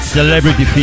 Celebrity